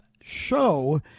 show